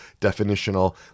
definitional